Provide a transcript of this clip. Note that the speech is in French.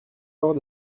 encore